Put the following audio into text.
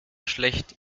schlecht